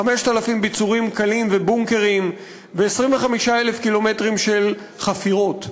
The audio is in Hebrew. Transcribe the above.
5,000 ביצורים קלים ובונקרים ו-25,000 קילומטרים של חפירות.